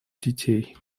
детей